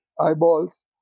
eyeballs